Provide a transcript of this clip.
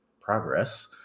progress